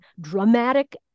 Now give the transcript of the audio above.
dramatic